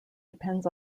depends